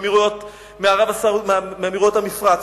מאמירויות המפרץ,